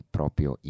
proprio